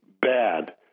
bad